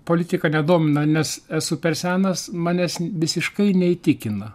politika nedomina nes esu per senas manęs visiškai neįtikino